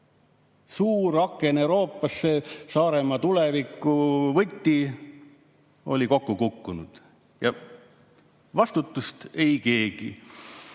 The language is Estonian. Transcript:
Suur aken Euroopasse, Saaremaa tuleviku võti oli kokku kukkunud ja vastutust ei